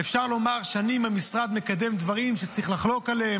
אפשר לומר שאני במשרד מקדם דברים שצריך לחלוק עליהם,